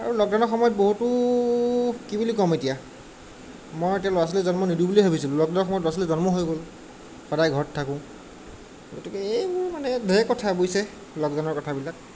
আৰু লকডাউনৰ সময়ত বহুতো কি বুলি ক'ম এতিয়া মই এতিয়া ল'ৰা ছোৱালী জন্ম নিদিওঁ বুলিয়েই ভাবিছিলো লকডাউনৰ সময়ত ল'ৰা ছোৱালী জন্ম হৈ গ'ল সদায় ঘৰত থাকোঁ গতিকে এইবোৰ মানে ঢেৰ কথা বুজিছে লকডাউনৰ কথাবিলাক